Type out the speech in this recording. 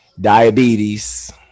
diabetes